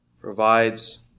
Provides